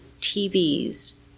TVs